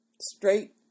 straight